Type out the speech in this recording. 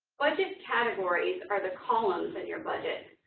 budget categories are the columns in your budget.